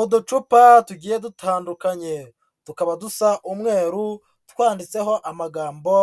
Uducupa tugiye dutandukanye, tukaba dusa umweru twanditseho amagambo